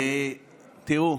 תראו,